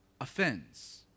offends